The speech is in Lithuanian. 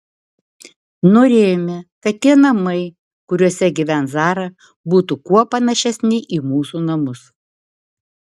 norėjome kad tie namai kuriuose gyvens zara būtų kuo panašesni į mūsų namus